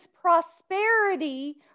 prosperity